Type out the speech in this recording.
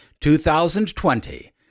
2020